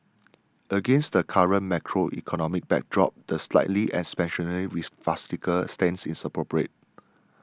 against the current macroeconomic backdrop the slightly expansionary fiscal stance is appropriate